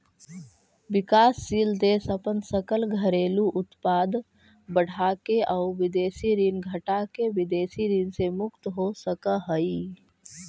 विकासशील देश अपन सकल घरेलू उत्पाद बढ़ाके आउ विदेशी ऋण घटाके विदेशी ऋण से मुक्त हो सकऽ हइ